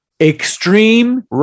extreme